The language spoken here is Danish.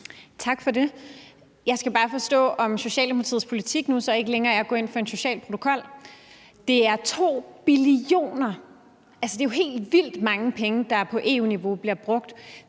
Tak for det. Jeg skal bare forstå, om Socialdemokratiets politik så nu ikke længere er at gå ind for en social protokol. Det er 2 billioner euro. Altså, det er jo helt vildt mange penge, der på EU-niveau bliver brugt